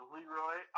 Leroy